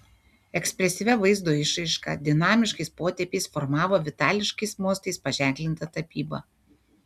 ekspresyvia vaizdo išraiška dinamiškais potėpiais formavo vitališkais mostais paženklintą tapybą